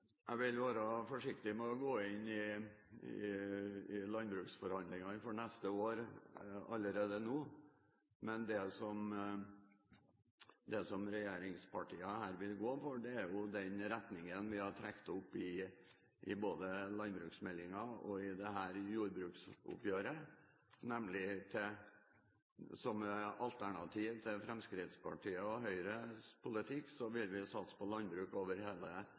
Jeg vil være forsiktig med å gå inn i landbruksforhandlingene for neste år allerede nå. Men det som regjeringspartiene her vil gå for, er den retningen vi har trukket opp både i landbruksmeldingen og i dette jordbruksoppgjøret, nemlig at vi – i motsetning til Fremskrittspartiet og Høyres politikk – vil satse på landbruk over hele